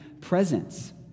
presence